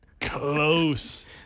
Close